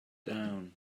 down